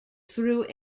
through